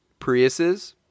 Priuses